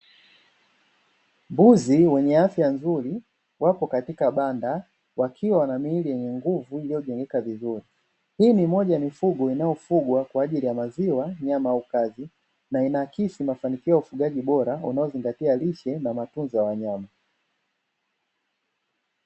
Mbuzi wenye afya nzuri wapo katika banda wakiwa wana miili yenye nguvu iliyojengeka vizuri. Hii ni moja ni mifugo inayofugwa kwa ajili ya maziwa, nyama au kazi, na inaakisi mafanikio ya ufugaji bora unaozingatia lishe na matunzo ya wanyama.